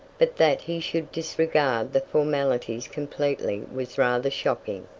but that he should disregard the formalities completely was rather shocking.